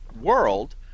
world